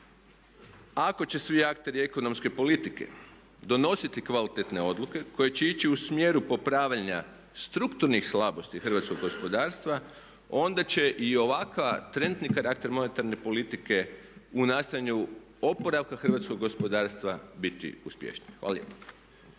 Ako će svi akteri ekonomske politike donositi kvalitetne odluke koje će ići u smjeru popravljanja strukturnih slabosti hrvatskog gospodarstva onda će i ovakav trenutni karakter monetarne politike u nastojanju oporavka hrvatskog gospodarstva biti uspješniji. Hvala lijepa.